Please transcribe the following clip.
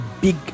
big